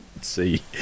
see